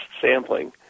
sampling